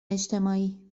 اجتماعی